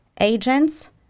agents